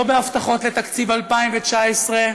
לא בהבטחות לתקציב 2019,